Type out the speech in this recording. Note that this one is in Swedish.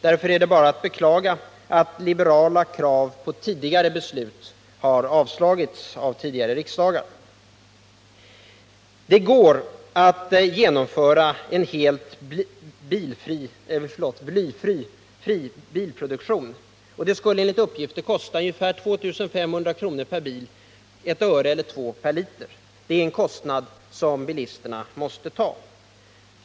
Därför är det bara att beklaga att tidigare liberala krav på beslut i den här frågan har avslagits av förutvarande riksdagar. Det går att genomföra en bilproduktion som är baserad på helt blyfri bensin. Enligt uppgifter skulle detta kosta ungefär 2 500 kr. per bil, dvs. ett öre eller två per liter bensin. Den kostnaden måste bilisterna ta.